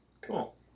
Cool